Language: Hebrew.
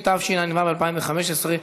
התשע"ו 2015,